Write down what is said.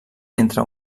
entre